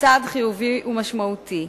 צעד חיובי ומשמעותי.